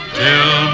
till